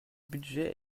budget